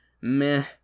meh